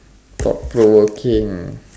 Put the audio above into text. thought provoking